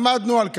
עמדנו על כך.